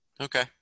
Okay